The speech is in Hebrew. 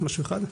משהו אחד.